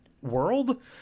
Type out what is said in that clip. world